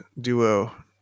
duo